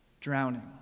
Drowning